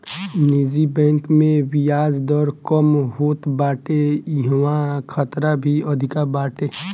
निजी बैंक में बियाज दर कम होत बाटे इहवा खतरा भी अधिका बाटे